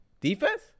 Defense